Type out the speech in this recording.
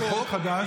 זה חוק חדש.